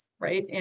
right